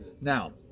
Now